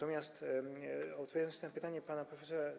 Opowiadając na pytanie pana prof.